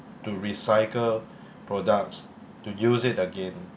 to recycle products to use it again